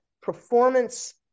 performance